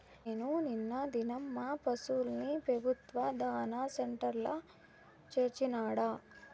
నేను నిన్న దినం మా పశుల్ని పెబుత్వ దాణా సెంటర్ల చేర్చినాడ